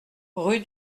rue